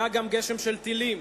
היה גם גשם של טילים